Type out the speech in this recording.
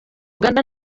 uganda